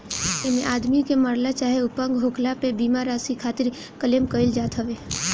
एमे आदमी के मरला चाहे अपंग होखला पे बीमा राशि खातिर क्लेम कईल जात हवे